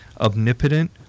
omnipotent